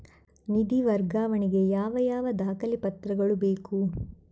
ನಿಧಿ ವರ್ಗಾವಣೆ ಗೆ ಯಾವ ಯಾವ ದಾಖಲೆ ಪತ್ರಗಳು ಬೇಕು?